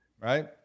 right